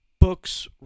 books